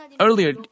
earlier